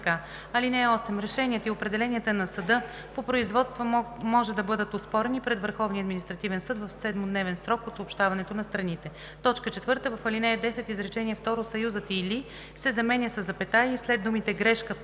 „(8) Решенията и определенията на съда по производствата може да бъдат оспорени пред Върховния административен съд в 7-дневен срок от съобщаването на страните.“ 4. В ал. 10, изречение второ съюзът „или“ се заменя със запетая и след думите „грешка в